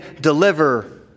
deliver